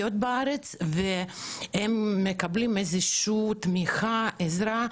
בארץ והם מקבלים איזושהי תמיכה או עזרה.